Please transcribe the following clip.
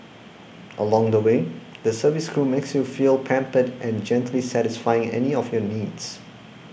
along the way the service crew makes you feel pampered and gently satisfying any of your needs